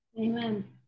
Amen